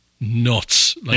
nuts